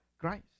Christ